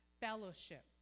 fellowship